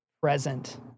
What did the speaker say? present